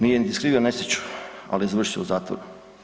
Nije niti skrivio nesreću ali je završio u zatvoru.